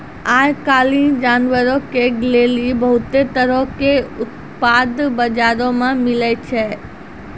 आइ काल्हि जानवरो के लेली बहुते तरहो के उत्पाद बजारो मे मिलै छै